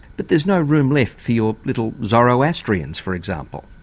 but there's no room left for your little zoroastrians, for example.